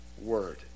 Word